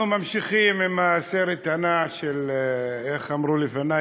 אנחנו ממשיכים עם הסרט הנע איך אמרו לפני,